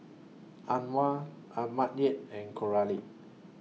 Antwan Mattye and Coralie